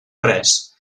res